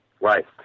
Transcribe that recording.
right